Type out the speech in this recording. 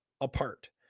apart